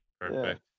Perfect